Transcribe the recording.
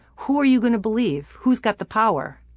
who are you gonna believe? who's got the power?